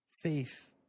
faith